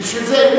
בשביל זה,